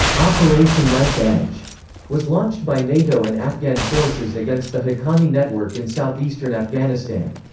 operation knife edge was launched by nato and afghan forces against the haqqani network in south-eastern afghanistan.